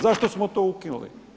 Zašto smo to ukinuli?